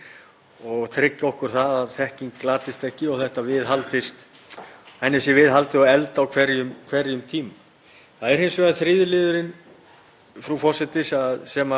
frú forseti, sem menn hafa mestar áhyggjur af sem er að aðgengi að aðföngum sé tryggt fyrir framleiðslu sem mætir þörfum þjóðarinnar, svo sem að olíu, áburði og fóðri.